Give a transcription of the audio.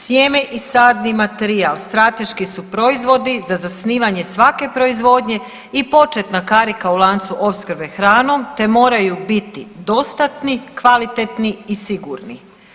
Sjeme i sadni materijal strateški su proizvodi za zasnivanje svake proizvodnje i početna karika u lancu opskrbe hranom te moraju biti dostatni, kvalitetni i sigurni.